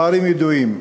הפערים ידועים.